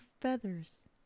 feathers